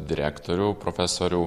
direktorių profesorių